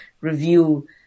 review